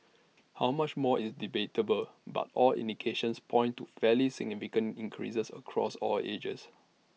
how much more is debatable but all indications point to fairly significant increases across all ages